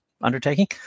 undertaking